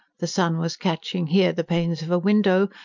the sun was catching here the panes of a window,